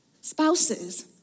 spouses